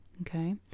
Okay